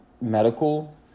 medical